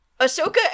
Ahsoka